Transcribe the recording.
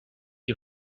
you